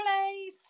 place